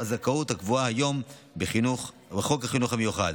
הזכאות הקבוע היום בחוק החינוך המיוחד,